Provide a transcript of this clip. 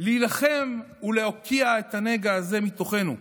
להילחם ולהוקיע את הנגע הזה מתוכנו.